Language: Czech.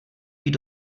být